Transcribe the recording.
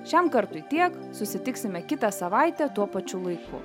šiam kartui tiek susitiksime kitą savaitę tuo pačiu laiku